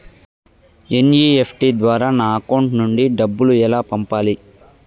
NEFT ద్వారా నా account నుండి డబ్బులు ఎలా పంపాలి